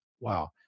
Wow